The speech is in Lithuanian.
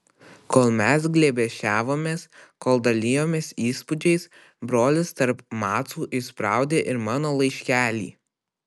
kol mes glėbesčiavomės kol dalijomės įspūdžiais brolis tarp macų įspraudė ir mano laiškelį